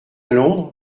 londres